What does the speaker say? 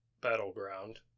battleground